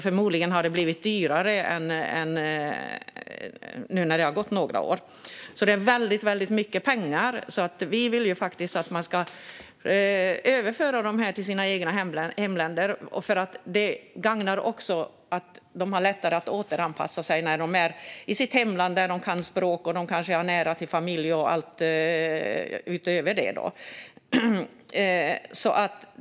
Förmodligen har det blivit dyrare nu när det har gått några år. Det är alltså väldigt mycket pengar. Vi vill att man ska överföra dessa intagna till deras egna hemländer. Det gagnar dem också - de har lättare att återanpassa sig när de är i sina hemländer, där de kan språket och kanske har nära till familj och så vidare.